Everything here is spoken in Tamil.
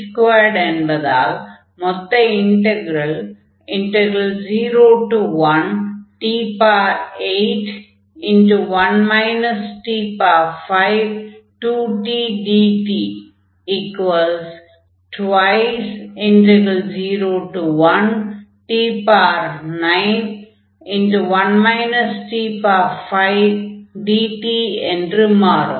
xt2 என்பதால் மொத்த இன்டக்ரல் 01t81 t52tdt201t91 t5dt என்று மாறும்